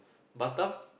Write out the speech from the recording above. Batam